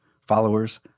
followers